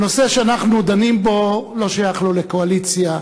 הנושא שאנחנו דנים בו לא שייך לא לקואליציה,